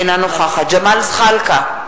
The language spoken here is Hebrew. אינה נוכחת ג'מאל זחאלקה,